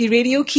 Radio